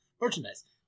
merchandise